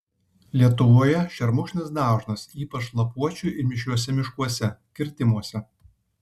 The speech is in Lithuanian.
lietuvoje šermukšnis dažnas ypač lapuočių ir mišriuose miškuose kirtimuose